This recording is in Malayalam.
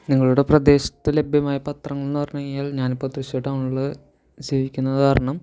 ഞങ്ങളുടെ പ്രദേശത്തു ലഭ്യമായ പത്രങ്ങൾ എന്നുപറഞ്ഞുകഴിഞ്ഞാൽ ഞാനിപ്പം തൃശ്ശൂർ ടൗണിൽ ജീവിക്കുന്നതു കാരണം